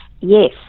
yes